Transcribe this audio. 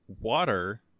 water